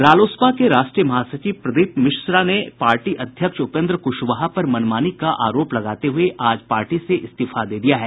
रालोसपा के राष्ट्रीय महासचिव प्रदीप मिश्रा ने पार्टी अध्यक्ष उपेन्द्र क्शवाहा पर मनमानी का आरोप लगाते हुए आज पार्टी से इस्तीफा दे दिया है